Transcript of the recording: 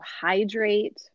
hydrate